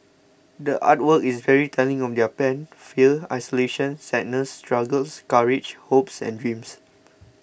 the art work is very telling of their pain fear isolation sadness struggles courage hopes and dreams